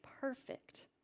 perfect